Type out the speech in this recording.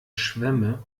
schwemme